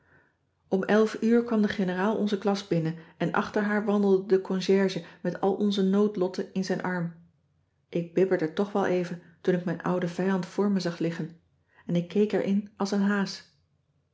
om elf uur kwam de generaal onze klas binnen en achter haar wandelde de concierge met al onze nood lotten in zijn arm ik bibberde toch wel even toen ik mijn ouden vijand voor me zag liggen en ik keek erin als een haas